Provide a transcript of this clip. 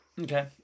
Okay